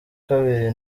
kabiri